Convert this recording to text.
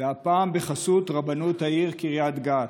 והפעם בחסות רבנות העיר קריית גת,